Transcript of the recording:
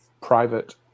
private